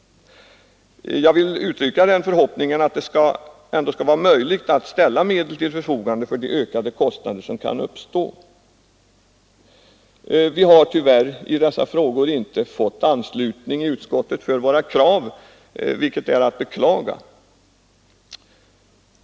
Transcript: Jag vill uttrycka förhoppningen att det skall vara möjligt att ställa medel till förfogande för de ökade kostnader som kan uppstå. Vi har i dessa frågor tyvärr inte fått anslutning i utskottet för våra krav, vilket är att beklaga.